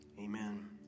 amen